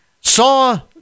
saw